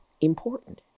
important